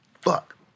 Fuck